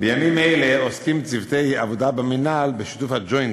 עוסקים צוותי עבודה במינהל בשיתוף ה"ג'וינט",